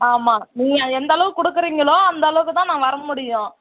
ஆமாம் நீங்கள் எந்த அளவுக்கு கொடுக்குறீங்களோ அந்த அளவுக்கு தான் நான் வர முடியும்